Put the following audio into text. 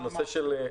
למה?